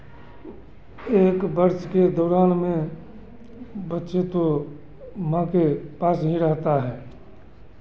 एक वर्ष के दौरान में बच्चे तो माँ के पास ही रहता है